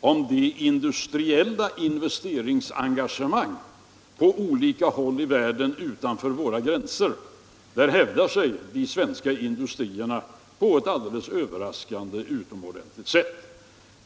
om de industriella investeringsengagemangen på olika håll i världen utanför våra gränser. Där hävdar sig de svenska industrierna på ett alldeles överraskande och utomordentligt sätt.